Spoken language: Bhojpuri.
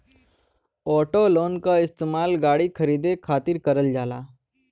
ऑटो लोन क इस्तेमाल गाड़ी खरीदे खातिर करल जाला